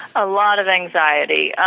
a lot of anxiety,